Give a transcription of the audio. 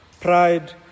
Pride